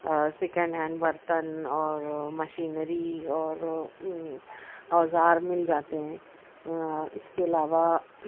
second hand برتن اور machinery اور اوزار مل جاتے ہیں اس کے علاوہ